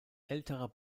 älterer